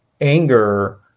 anger